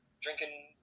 drinking